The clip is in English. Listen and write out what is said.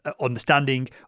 understanding